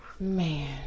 Man